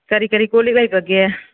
ꯀꯔꯤ ꯀꯔꯤ ꯀꯣꯜꯂꯤꯛ ꯂꯩꯕꯒꯦ